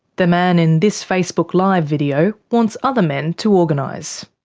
the man in this facebook live video wants other men to organise.